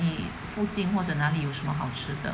你附近或者哪里有什么好吃的